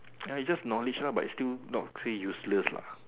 ya it just knowledge lor but its still not say useless lah